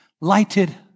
lighted